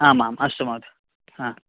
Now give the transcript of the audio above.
आम् आम् अस्तु महोदय